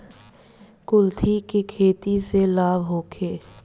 कुलथी के खेती से लाभ होखे?